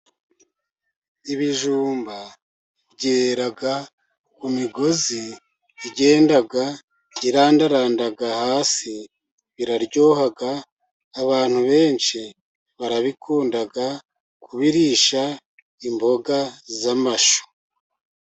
Ibijumba byera ku migozi igenda irandaranda hasi, biraryoha abantu benshi, barabikunda kubirisha imboga z'amashu.